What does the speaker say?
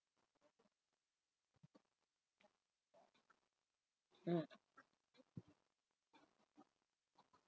mm